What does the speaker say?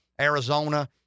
Arizona